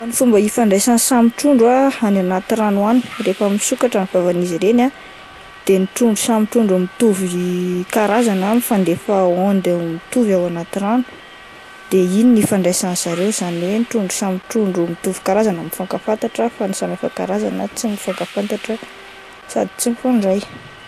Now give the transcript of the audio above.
Fomba ifandraisan'ny samy trondro ah, any anaty rano any, rehefa misokatra ny vavan'izy ireny ah de ny trondro samy trondro mitovy karazana ah mifandefa ôndy mitovy ao anaty rano de iny no ifandraisany zareo, izany hoe ny trondro samy trondro mitovy karazana mifankafantatra fa ny samy hafa karazana tsy mifankafantatra sady tsy mifandray.